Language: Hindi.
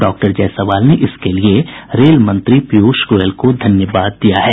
डॉक्टर जायसवाल ने इसके लिए रेल मंत्री पीयूष गोयल को धन्यवाद दिया है